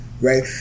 right